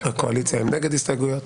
הקואליציה הם נגד הסתייגויות.